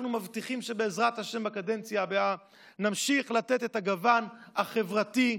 אנחנו מבטיחים שבעזרת השם בקדנציה הבאה נמשיך לתת את הגוון החברתי,